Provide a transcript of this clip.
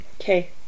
Okay